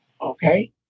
okay